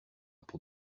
pour